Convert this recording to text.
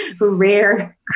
rare